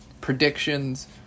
predictions